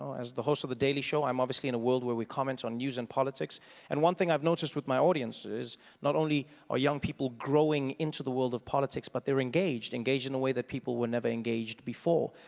as the host of the daily show i'm obviously in a world where we comment on news and politics and one thing i've noticed with my audience is not only are young people growing into the world of politics but they're engaged, engaged in a way that people were never engaged before,